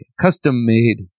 custom-made